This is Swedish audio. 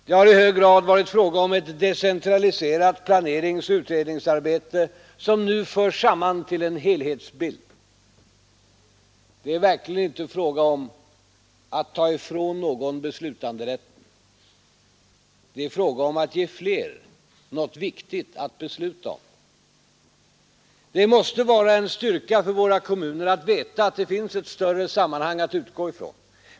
Det har i hög grad varit fråga om ett decentraliserat planeringsoch utredningsarbete som nu förs samman till en helhetsbild. Det är verkligen inte fråga om att ta ifrån någon beslutanderätten. Det är fråga om att ge fler något viktigt att besluta om. Det måste vara en styrka för våra kommuner att veta att det finns ett större sammanhang att utgå ifrån.